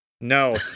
No